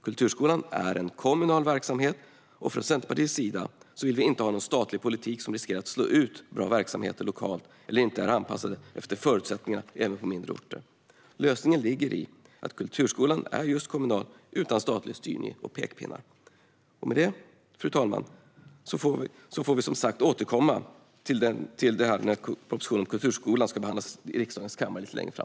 Kulturskolan är en kommunal verksamhet. Centerpartiet vill inte ha någon statlig politik som riskerar att slå ut bra lokala verksamheter eller som inte är anpassad efter förutsättningarna även på mindre orter. Lösningen ligger i att kulturskolan är just kommunal, utan statlig styrning och pekpinnar. Fru talman! Vi får som sagt återkomma till det här när propositionen om kulturskolan ska behandlas här i riksdagens kammare längre fram.